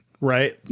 right